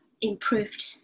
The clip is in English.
improved